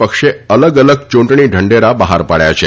પક્ષે અલગ અલગ ચૂંટણી ઢંઢેરા બહાર પાડ્યા છે